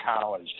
college